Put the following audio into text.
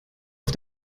auf